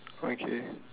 okay